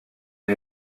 est